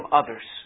others